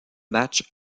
match